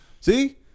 See